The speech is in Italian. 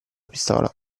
pistola